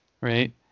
right